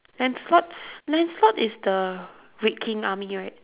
lancelot lancelot is the red king army right